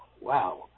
wow